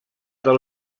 del